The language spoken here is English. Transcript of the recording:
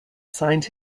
signed